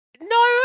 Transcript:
No